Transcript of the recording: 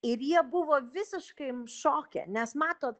ir jie buvo visiškai šoke nes matot